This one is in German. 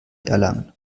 erlangen